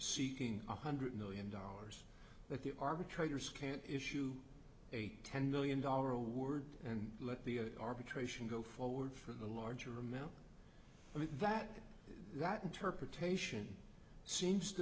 seeking one hundred million dollars but the arbitrators can't issue a ten million dollar award and let the arbitration go forward for the larger amount i mean that that interpretation seems to